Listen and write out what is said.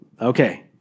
Okay